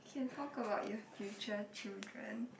you can talk about your future children